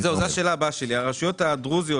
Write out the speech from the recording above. זו השאלה הבאה שלי: הרשויות הדרוזיות